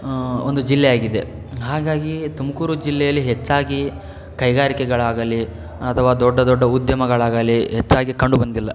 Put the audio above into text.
ಒಂದು ಜಿಲ್ಲೆಯಾಗಿದೆ ಹಾಗಾಗಿ ತುಮಕೂರು ಜಿಲ್ಲೆಯಲ್ಲಿ ಹೆಚ್ಚಾಗಿ ಕೈಗಾರಿಕೆಗಳಾಗಲಿ ಅಥವಾ ದೊಡ್ಡ ದೊಡ್ಡ ಉದ್ಯಮಗಳಾಗಲಿ ಹೆಚ್ಚಾಗಿ ಕಂಡು ಬಂದಿಲ್ಲ